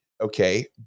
Okay